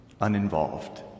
uninvolved